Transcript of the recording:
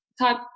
type